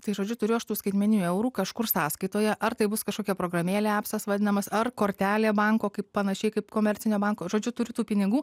tai žodžiu turiu aš tų skaitmeninių eurų kažkur sąskaitoje ar tai bus kažkokia programėlė apsas vadinamas ar kortelė banko kaip panašiai kaip komercinio banko žodžiu turiu tų pinigų